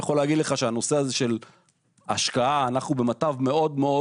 אני יכול להגיד לך שאצלנו וגם בארגונים אחרים,